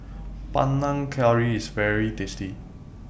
Panang Curry IS very tasty